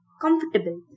comfortable